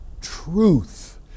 truth